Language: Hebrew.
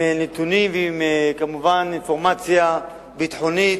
עם נתונים וכמובן עם אינפורמציה ביטחונית,